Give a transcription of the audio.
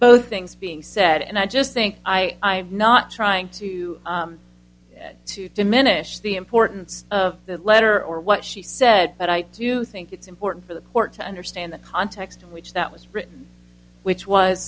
both things being said and i just think i not trying to diminish the importance of that letter or what she said but i do think it's important for the court to understand the context in which that was written which was